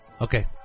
Okay